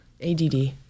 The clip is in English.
ADD